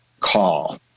call